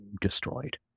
destroyed